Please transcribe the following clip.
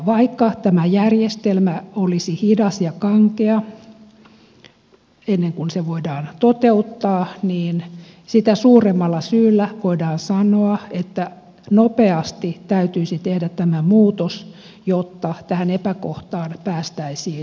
vaikka tämä järjestelmä olisi hidas ja kankea ennen kuin se voidaan toteuttaa niin sitä suuremmalla syyllä voidaan sanoa että nopeasti täytyisi tehdä tämä muutos jotta tähän epäkohtaan päästäisiin tarttumaan